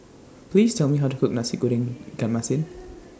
Please Tell Me How to Cook Nasi Goreng Ikan Masin